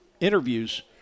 interviews